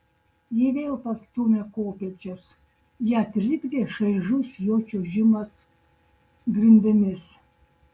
ji vėl pastūmė kopėčias ją trikdė šaižus jų čiuožimas grindimis